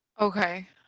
Okay